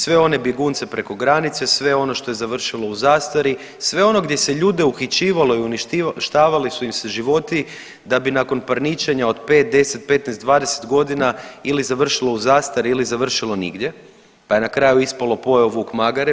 Sve one bjegunce preko granice, sve ono što je završilo u zastari, sve ono gdje se ljude uhićivalo i uništavali su im se životi da bi nakon parničenja od 5, 10, 15, 20 godina ili završilo u zastari ili završilo nigdje, pa je na kraju ispalo pojeo vuk magare.